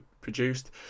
produced